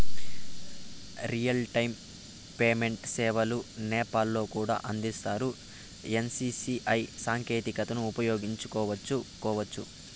Real time payment సేవలు నేపాల్ లో కూడా అందిస్తారా? ఎన్.సి.పి.ఐ సాంకేతికతను ఉపయోగించుకోవచ్చా కోవచ్చా?